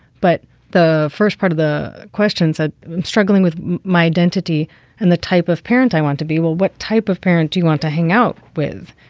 but the first part of the questions are struggling with my identity and the type of parent i want to be with. what type of parent do you want to hang out with?